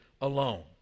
alone